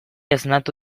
esnatu